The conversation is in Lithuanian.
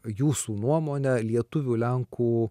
jūsų nuomone lietuvių lenkų